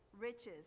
riches